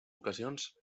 ocasions